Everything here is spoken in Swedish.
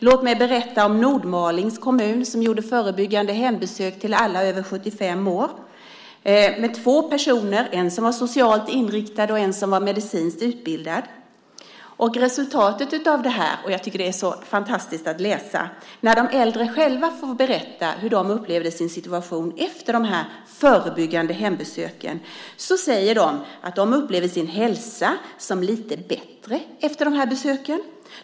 Låt mig berätta om Nordmalings kommun där alla över 75 år fick hembesök av två personer, en som var socialt inriktad och en som var medicinskt utbildad. Jag tycker att det är så fantastiskt att läsa hur de äldre själva berättar hur de upplevde sin situation efter de förebyggande hembesöken. De säger att de upplever sin hälsa som lite bättre efter hembesöken.